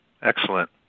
Excellent